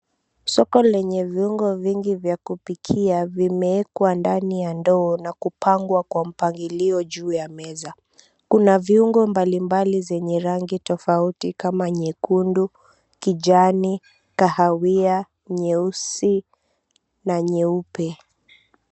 Soko lenye viungo vingi vya kupikia vimeekwa ndani ya ndoo na kupangwa kwa mpangilio juu ya meza. Kuna viungo mbalimbali zenye rangi tofauti kama nyekundu, kijani, kahawia, nyeusi na nyeupe.